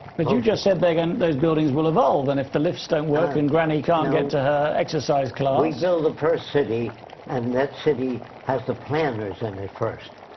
but you just said like and those buildings will evolve and if the lifts don't work and grandma can't get to her exercise class. we build the first city and that city has the planners in and it first.